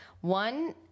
One